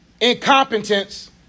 incompetence